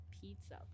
pizza